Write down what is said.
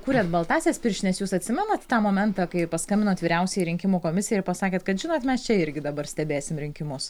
kūrėt baltąsias pirštines jūs atsimenate tą momentą kai paskambinot vyriausiajai rinkimų komisijai ir pasakėt kad žinot mes čia irgi dabar stebėsim rinkimus